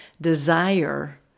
desire